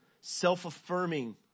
self-affirming